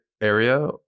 area